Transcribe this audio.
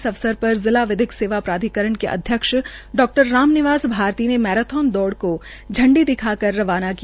इस अवसर पर जिला विधिक सेवा प्राधिकरण के अध्यक्ष डा राम निवास भारतीने मेराथान दौड़ को झंडा दिखाकर रवाना किया